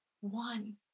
one